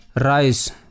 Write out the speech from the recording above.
Rice